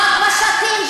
חבר הכנסת אורן חזן.